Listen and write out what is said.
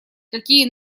какие